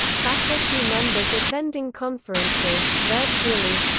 faculty members attending conferences virtually